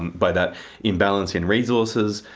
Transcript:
by that imbalance in resources.